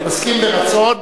מסכים ברצון.